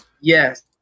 yes